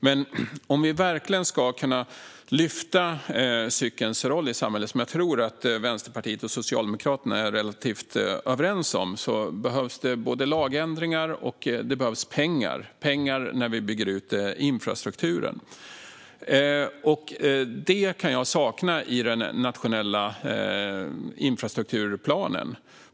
Men om vi verkligen ska kunna lyfta cykelns roll i samhället, vilket jag tror att Vänsterpartiet och Socialdemokraterna är relativt överens om att vi ska, behövs det både lagändringar och pengar. Det behövs pengar för att bygga ut cykelinfrastrukturen. Men det är något jag kan sakna i den nationella infrastrukturplanen.